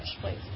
please